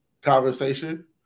conversation